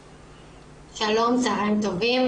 שלום, צהריים טובים.